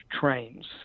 trains